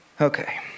Okay